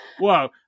whoa